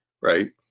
Right